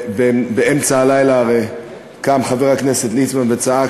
באמצע הלילה הרי קם חבר הכנסת ליצמן וצעק